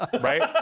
right